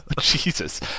Jesus